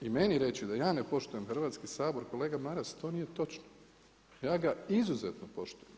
I meni reći da ja ne poštujem Hrvatski sabor, kolega Maras to nije točno, ja ga izuzetno poštujem.